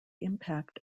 impact